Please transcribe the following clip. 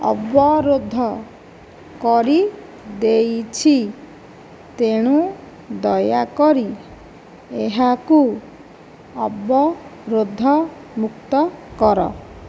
ଅବରୋଧ କରିଦେଇଛି ତେଣୁ ଦୟାକରି ଏହାକୁ ଅବରୋଧମୁକ୍ତ କର